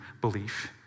belief